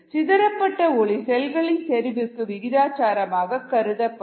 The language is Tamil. சிதரப்பட்ட ஒளி செல்களின் செறிவுக்கு விகிதாச்சாரம் ஆக கருதப்படும்